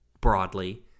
broadly